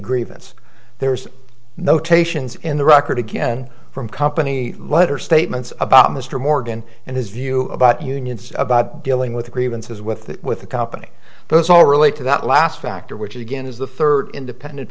grievance there's notations in the record again from company letter statements about mr morgan and his view about unions about dealing with grievances with the with the company but it's all relate to that last factor which again is the third independent